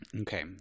Okay